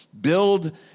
build